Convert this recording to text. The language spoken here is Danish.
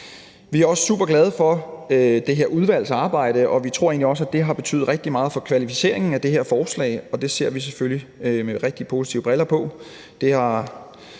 Vi er også superglade for det her udvalgs arbejde, og vi tror egentlig også, at det har betydet rigtig meget for kvalificeringen af det her forslag, og det ser vi selvfølgelig rigtig positivt på.